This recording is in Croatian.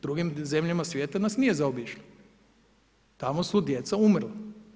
Drugim zemljama svijeta nas nije zaobišla, tamo su djeca umrla.